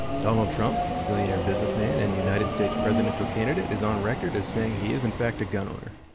donald trump, billionaire businessman and united states presidential candidate is on record as saying he is, in fact, a gun owner.